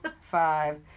five